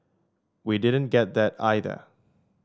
we didn't get that either